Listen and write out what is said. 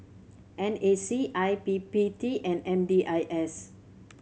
N A C I P P T and M D I S